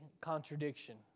contradiction